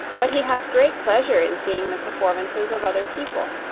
but he has great pleasure in seeing the performances of other people,